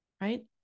right